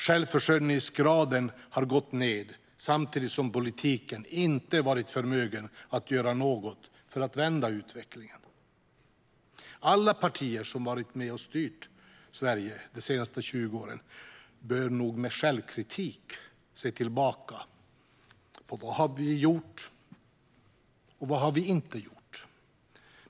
Självförsörjningsgraden har gått ned samtidigt som politiken inte varit förmögen att göra något för att vända utvecklingen. Alla partier som har varit med och styrt Sverige de senaste 20 åren bör nog med självkritik se tillbaka på vad vi har gjort och vad vi inte har gjort.